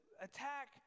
attack